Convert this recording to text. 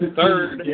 third